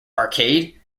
arcade